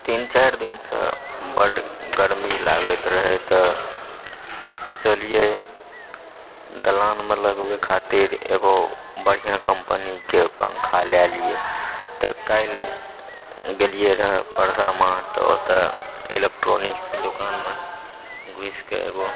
तीन चारि दिनसंँ बड गर्मी लागैत रहए तऽ सोचलियै दलानमे लगबै खातिर एगो बढ़िआँ कम्पनीके पङ्खा लै लिअऽ तऽ काल्हि गेलियै रऽ परसरमा तऽ ओतऽ एलेक्ट्रोनिक दुकानमे घूसिके एगो